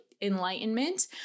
Enlightenment